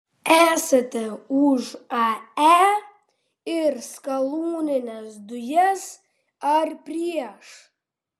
esate už ae ir skalūnines dujas ar prieš